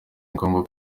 ngombwa